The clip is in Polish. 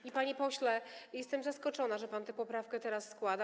I, panie pośle, jestem zaskoczona, że pan tę poprawkę teraz składa.